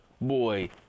boy